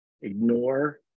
ignore